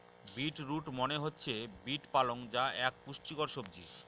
bit root মনে হচ্ছে beet পালং যা এক পুষ্টিকর সবজি